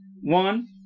one